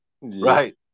Right